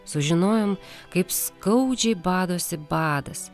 sužinojom kaip skaudžiai badosi badas